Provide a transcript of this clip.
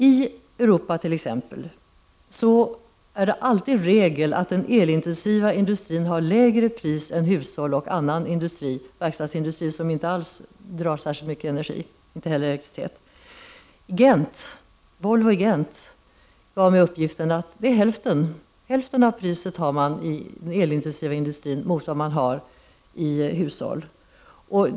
I t.ex. det övriga Europa är det alltid regel att den elintensiva industrin betalar ett lägre pris än hushåll och annan industri — verkstadsindustri, som inte alls drar så mycket elektricitet eller annan energi. Volvo i Gent gav mig uppgiften att den elintensiva industrin betalar hälften av det pris som hushållen betalar för el.